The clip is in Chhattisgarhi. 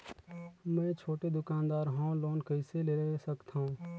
मे छोटे दुकानदार हवं लोन कइसे ले सकथव?